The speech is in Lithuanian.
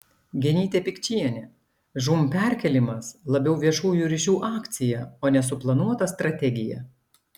genytė pikčienė žūm perkėlimas labiau viešųjų ryšių akcija o ne suplanuota strategija